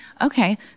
Okay